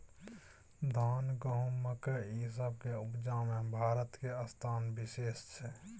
धान, गहूम, मकइ, ई सब के उपजा में भारत के स्थान विशेष छै